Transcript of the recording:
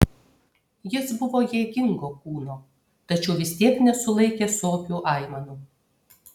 jis buvo jėgingo kūno tačiau vis tiek nesulaikė sopių aimanų